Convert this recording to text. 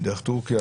כמו טורקיה?